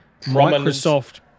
Microsoft –